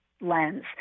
lens